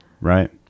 Right